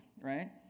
right